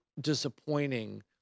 disappointing